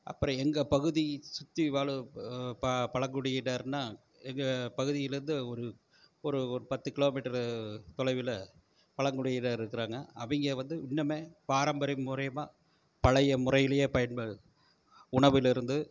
அப்பறம் எங்கள் பகுதி சுற்றி வாழும் பழங்குடியினர்னா எங்கள் பகுதிலேருந்து ஒரு ஒரு பத்து கிலோமீட்டரு தொலைவில் பழங்குடியினர் இருக்கிறாங்க அவங்க வந்து இன்னமுமே பாரம்பரிய முறை பழைய முறையிலேயே பயன் உணவிலிருந்து